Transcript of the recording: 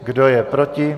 Kdo je proti?